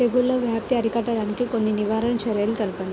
తెగుళ్ల వ్యాప్తి అరికట్టడానికి కొన్ని నివారణ చర్యలు తెలుపండి?